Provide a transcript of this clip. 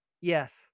Yes